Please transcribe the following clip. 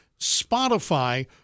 Spotify